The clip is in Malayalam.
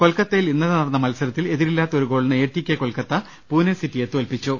കൊൽക്കത്തയിൽ ഇന്നലെ നടന്ന മത്സരത്തിൽ എതി രില്ലാത്ത ഒരു ഗോളിന് A T K Kolkata Pune സിറ്റിയെ തോൽപ്പിച്ചു